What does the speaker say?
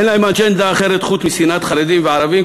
אין להם אג'נדה אחרת חוץ משנאת חרדים וערבים,